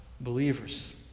believers